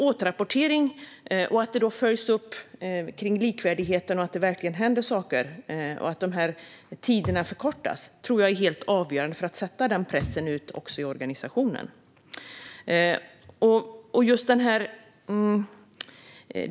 Återrapportering, uppföljning av likvärdigheten och att det verkligen händer saker och att tiderna förkortas tror jag är helt avgörande för att sätta den pressen på organisationen.